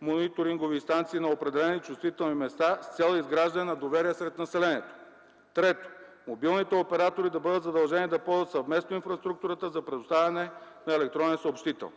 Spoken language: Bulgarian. мониторингови станции на определени чувствителни места с цел изграждане на доверие сред населението. Трето, мобилните оператори да бъдат задължени да ползват съвместно инфраструктурата за предоставяне на електронен съобщител.